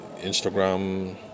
Instagram